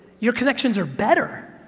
your connections are better.